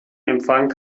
empfang